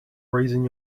raising